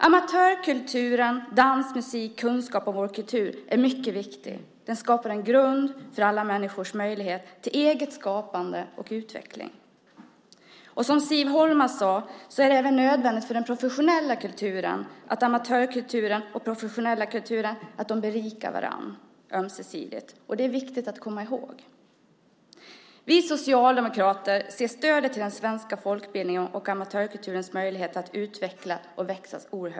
Amatörkulturen - dans, musik och kunskap om vår kultur - är mycket viktig. Den skapar en grund för alla människors möjlighet till eget skapande och utveckling. Och som Siv Holma sade är den även nödvändig för den professionella kulturen. Amatörkulturen och den professionella kulturen berikar varandra. Det är ömsesidigt, och det är viktigt att komma ihåg. Vi socialdemokrater ser det som oerhört viktigt med stödet till den svenska folkbildningen och amatörkulturens möjlighet att utvecklas och växa.